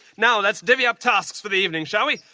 now let's divvy up tasks for the evening shall we?